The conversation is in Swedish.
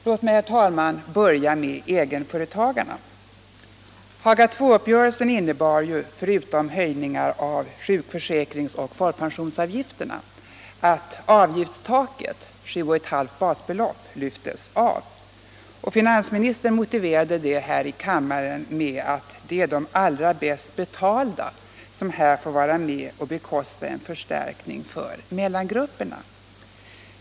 Låt mig, herr talman, börja med egenföretagarna. Haga II-uppgörelsen innebar förutom höjningar av sjukförsäkrings och folkpensionsavgifterna att avgiftstaket — 7,5 basbelopp —- lyftes av. Finansministern motiverade det här i kammaren med att det är de allra bäst betalda som får vara med och bekosta en förstärkning för mellangrupperna.